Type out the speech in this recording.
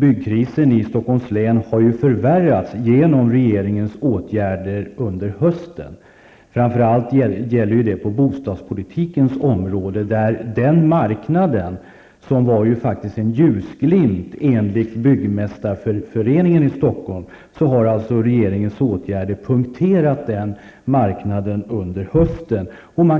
Byggkrisen i Stockholms län har förvärrats genom regeringens åtgärder under hösten. Det gäller framför allt på bostadspolitikens område, där den marknad som enligt Byggmästareföreningen i Stockholm var en ljusglimt har punkterats av regeringens åtgärder. Det